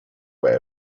way